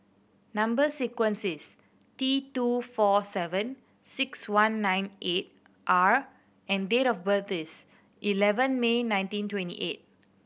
number sequence is T two four seven six one nine eight R and date of birth is eleven May nineteen twenty eight